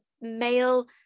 male